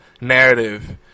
narrative